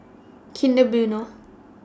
Kinder Bueno